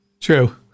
true